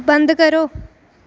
बंद करो